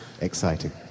exciting